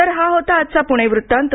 तर हा होता आजचा पूणे वृत्तांत